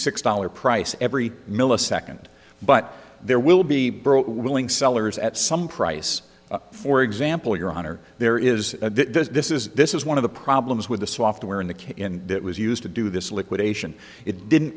six dollars price every millisecond but there will be willing sellers at some price for example your honor there is this this is this is one of the problems with the software in the case and it was used to do this liquidation it didn't